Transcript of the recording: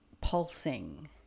pulsing